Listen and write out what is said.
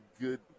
good